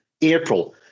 April